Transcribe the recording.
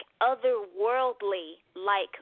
otherworldly-like